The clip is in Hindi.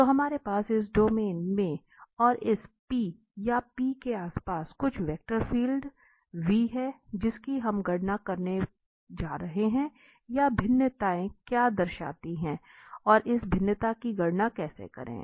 तो हमारे पास इस डोमेन में और इस P या P के आसपास कुछ वेक्टर फील्ड 𝑣⃗ हैं जिसकी हम गणना करने जा रहे हैं कि यह भिन्नता क्या दर्शाती है और इस भिन्नता की गणना कैसे करें